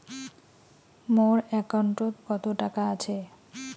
মোর একাউন্টত কত টাকা আছে?